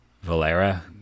Valera